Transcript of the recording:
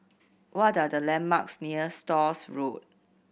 what are the landmarks near Stores Road